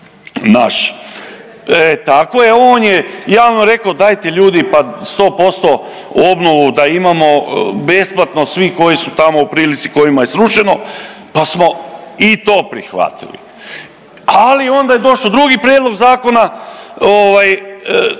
e tako je, on je javno rekao, pa dajte ljudi, pa 100% obnovu da imamo besplatno svi koji su tamo u prilici, kojima je srušeno pa smo i to prihvatili. Ali onda je došao drugi prijedlog zakona ovaj,